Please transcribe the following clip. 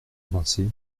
avancée